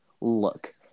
look